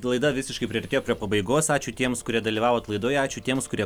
laida visiškai priartėjo prie pabaigos ačiū tiems kurie dalyvavot laidoje ačiū tiems kurie